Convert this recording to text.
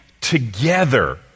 together